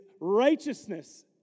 righteousness